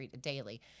daily